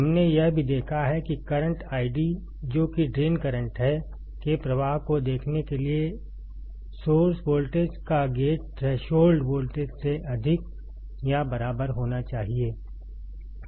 हमने यह भी देखा है कि करंट I जो कि ड्रेन करंट है के प्रवाह को देखने के लिए सोर्स वोल्टेज का गेट थ्रेशोल्ड वोल्टेज से अधिक या बराबर होना चाहिए